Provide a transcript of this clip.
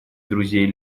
друзей